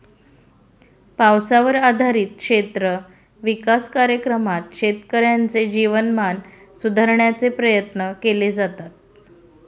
पावसावर आधारित क्षेत्र विकास कार्यक्रमात शेतकऱ्यांचे जीवनमान सुधारण्याचे प्रयत्न केले जातात